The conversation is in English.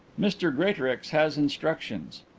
mr greatorex has instructions.